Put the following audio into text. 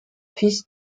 fils